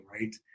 right